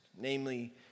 Namely